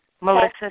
Melissa